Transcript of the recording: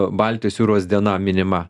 baltijos jūros diena minima